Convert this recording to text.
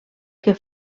que